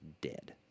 dead